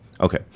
Okay